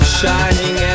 shining